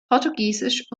portugiesisch